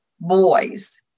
boys